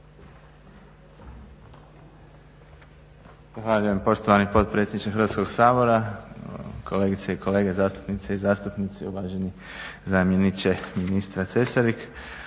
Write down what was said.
Zahvaljujem poštovani potpredsjedniče Hrvatskog sabora. Kolegice i kolege zastupnice i zastupnici, uvaženi zamjeniče ministra Cesarik.